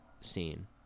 scene